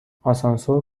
آسانسور